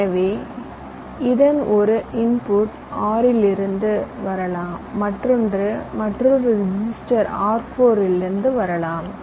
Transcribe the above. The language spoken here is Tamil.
எனவே இதன் ஒரு இன்புட் R3 இலிருந்து வரலாம் மற்றொன்று மற்றொரு ரெஜிஸ்டர் R4 இலிருந்து வரலாம்